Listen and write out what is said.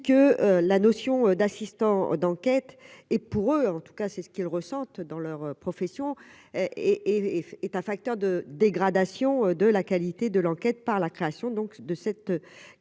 que la notion d'assistant d'enquête et pour eux, en tout cas, c'est ce qu'ils ressentent dans leur profession et est un facteur de dégradation de la qualité de l'enquête par la création donc de cette